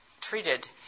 treated